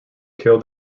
kill